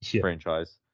franchise